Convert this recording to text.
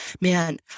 man